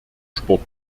sport